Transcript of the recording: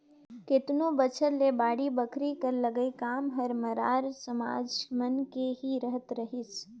केतनो बछर ले बाड़ी बखरी कर लगई काम हर मरार समाज मन के ही रहत रहिस